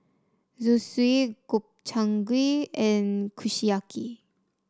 Zosui Gobchang Gui and Kushiyaki